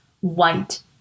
white